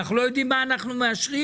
אנחנו לא יודעים מה אנחנו מאשרים,